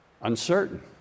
uncertain